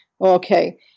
okay